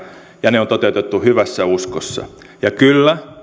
ja ne on toteutettu hyvässä uskossa ja kyllä